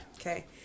Okay